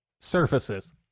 surfaces